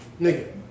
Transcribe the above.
Nigga